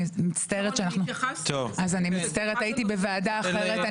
אני מצטערת, הייתי בוועדה אחרת.